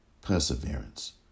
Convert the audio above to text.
perseverance